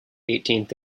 eighteenth